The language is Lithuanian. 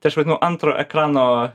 tai aš vadinu antru ekranu